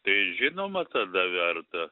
tai žinoma tada verta